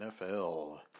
NFL